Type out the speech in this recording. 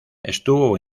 estuvo